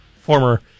Former